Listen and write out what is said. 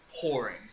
pouring